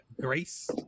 Grace